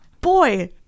Boy